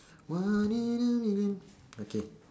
one in a million okay